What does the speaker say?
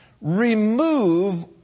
remove